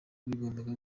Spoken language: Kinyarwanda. hagombaga